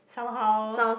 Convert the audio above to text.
somehow